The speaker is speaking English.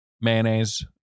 mayonnaise